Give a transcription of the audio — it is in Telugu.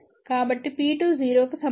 కాబట్టి P2 0 కి సమానం